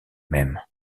même